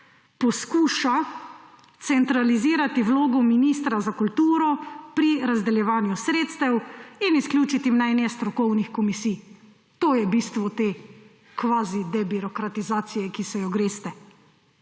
poskuša centralizirati vlogo ministra za kulturo pri razdeljevanju sredstev in izključiti mnenje strokovnih komisij. To je bistvo te kvazi debirokratizacije, ki se jo greste.